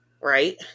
Right